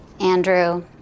Andrew